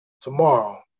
tomorrow